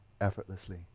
effortlessly